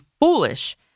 foolish